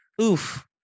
Oof